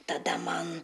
tada man